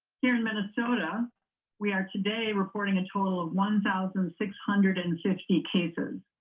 here in minnesota we are today reporting a total of one thousand six hundred and fifty cases,